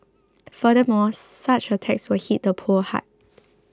furthermore such a tax will hit the poor hard